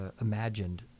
imagined